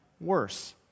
worse